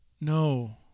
No